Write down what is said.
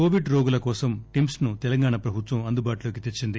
Covid రోగుల కోసం టిమ్స్ ను తెలంగాణ ప్రభుత్వం అందుబాటులోకి తెచ్చింది